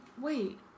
wait